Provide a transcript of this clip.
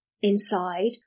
Inside